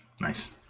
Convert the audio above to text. Nice